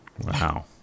Wow